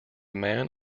man